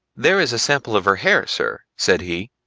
there is a sample of her hair, sir, said he,